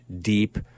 deep